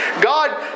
God